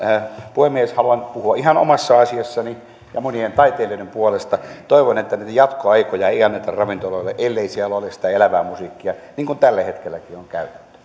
puhemies haluan puhua ihan omassa asiassani ja monien taiteilijoiden puolesta toivon että jatkoaikoja ei anneta ravintoloille ellei siellä ole sitä elävää musiikkia niin kuin tällä hetkelläkin on käytetty